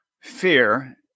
fear